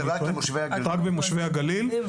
רק לתושבי הגליל.